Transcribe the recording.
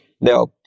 Now